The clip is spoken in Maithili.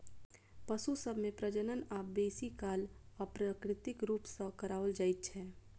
पशु सभ मे प्रजनन आब बेसी काल अप्राकृतिक रूप सॅ कराओल जाइत छै